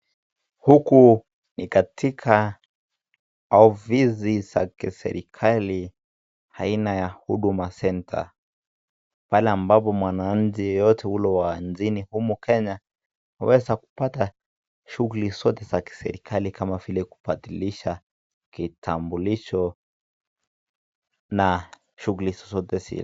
Huku ni katika ofisi za kiserikali aina ya [Huduma Centre] pahali ambapo mwananchi yeyote ule wa nchini humu Kenya huweza kupata shughuli zote za kiserikali kama vile kubadilisha kitambulisho na shughuli zozote zile.